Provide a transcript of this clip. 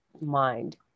mind